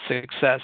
success –